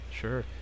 sure